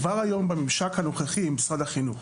כבר היום בממשק הנוכחי עם משרד החינוך,